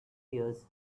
tears